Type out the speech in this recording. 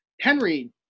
Henry